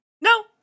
No